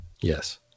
Yes